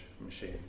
machine